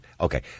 okay